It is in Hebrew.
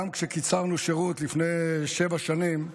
גם כשקיצרנו שירות לפני שבע שנים,